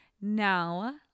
Now